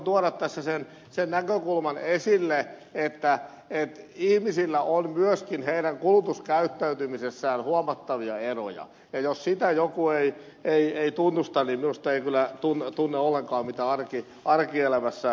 sen vuoksi halusin tuoda tässä sen näkökulman esille että ihmisillä on myöskin heidän kulutuskäyttäytymisessään huomattavia eroja ja jos sitä joku ei tunnusta niin minusta ei kyllä tunne ollenkaan mitä arkielämässä tapahtuu